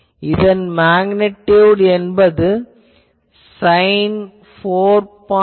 இதன் மேக்னிடியுட் என்பது சைன் 4